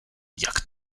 jak